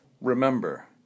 Remember